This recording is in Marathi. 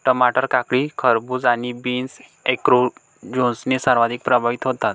टमाटर, काकडी, खरबूज आणि बीन्स ऍन्थ्रॅकनोजने सर्वाधिक प्रभावित होतात